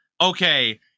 okay